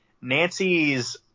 Nancy's